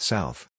South